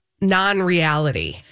non-reality